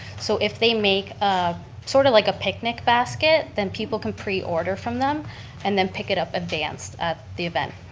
so if they make sort of like a picnic basket then people can pre-order from them and then pick it up advanced of the event.